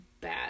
bad